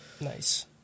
Nice